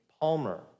Palmer